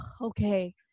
okay